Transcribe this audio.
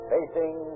Facing